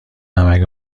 نمک